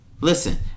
Listen